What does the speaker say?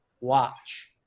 watch